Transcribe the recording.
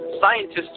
Scientists